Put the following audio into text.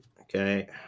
Okay